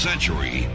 century